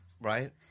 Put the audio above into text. Right